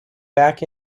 back